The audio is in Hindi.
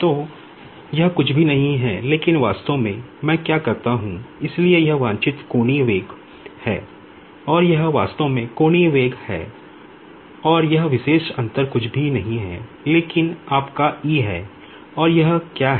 तो यह कुछ भी नहीं है लेकिन वास्तव में मैं क्या करता हूं इसलिए यहडिजायर्ड एंगुलर वेलोसिटी है और यह विशेष अंतर कुछ भी नहीं है लेकिन आपका है और यह क्या है